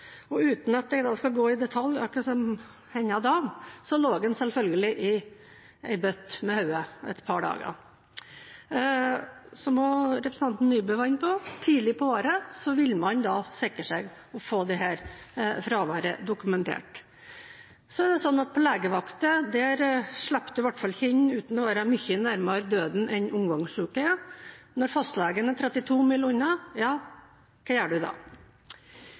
det. Uten at jeg skal gå i detalj, akkurat som henne: Han lå selvfølgelig med hodet i ei bøtte et par dager. Som også representanten Nybø var inne på – tidlig på året ville man sikret seg og fått dette fraværet dokumentert. Så er det sånn at på legevakten slipper du i hvert fall ikke inn uten å være mye nærmere døden enn omgangssyke. Og når fastlegen er 32 mil unna, hva gjør du da?